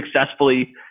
successfully